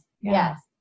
Yes